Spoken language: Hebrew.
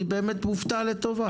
אני באמת מופתע לטובה.